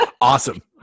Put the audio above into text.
Awesome